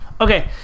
Okay